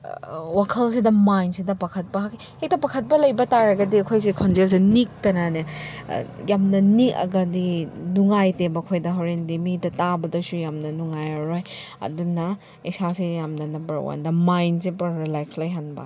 ꯋꯥꯈꯜꯁꯤꯗ ꯃꯥꯏꯟꯁꯤꯗ ꯄꯥꯈꯠꯄ ꯍꯦꯛꯇ ꯄꯥꯈꯠꯄ ꯂꯩꯕ ꯇꯥꯔꯒꯗꯤ ꯑꯩꯈꯣꯏꯁꯦ ꯈꯣꯟꯖꯦꯜꯁꯦ ꯅꯤꯛꯇꯅꯅꯦ ꯌꯥꯝꯅ ꯅꯤꯡꯑꯒꯗꯤ ꯅꯨꯡꯉꯥꯏꯇꯦꯕ ꯑꯩꯈꯣꯏꯗ ꯍꯣꯔꯦꯟꯗꯤ ꯃꯤꯗ ꯇꯥꯕꯗꯁꯨ ꯌꯥꯝꯅ ꯅꯨꯡꯉꯥꯏꯔꯔꯣꯏ ꯑꯗꯨꯅ ꯏꯁꯥꯁꯦ ꯌꯥꯝꯅ ꯅꯝꯕꯔ ꯋꯥꯟꯗ ꯃꯥꯏꯟꯁꯦ ꯄꯨꯔꯥ ꯔꯤꯂꯦꯛꯁ ꯂꯩꯍꯟꯕ